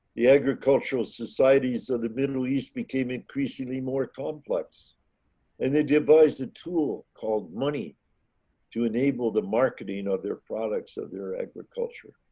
the agricultural societies of the middle east became increasingly more complex and they devised a tool called money to enable the marketing of their products of their agriculture.